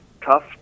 tough